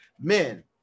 men